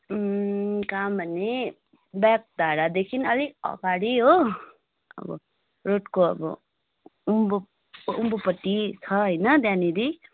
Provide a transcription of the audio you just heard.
कहाँ भने बाघधारादेखि अलिक अगाडि हो अब रोडको अब उँभो उँभोपट्टि छ होइन त्यहाँनिर